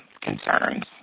concerns